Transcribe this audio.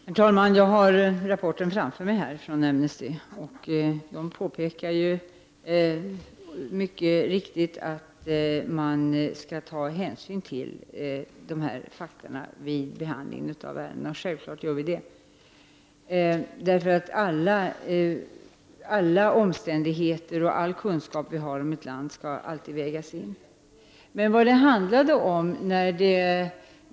Herr talman! Jag har rapporten från Amnesty framför mig. I rapporten påpekas mycket riktigt att man måste ta hänsyn till dessa fakta vid behandlingen av ärenden. Självfallet gör vi det. Alla kunskaper vi har om förhållandena i ett land skall vägas in i bedömningen.